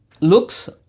Looks